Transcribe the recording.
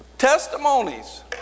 Testimonies